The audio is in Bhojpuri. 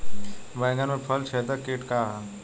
बैंगन में फल छेदक किट का ह?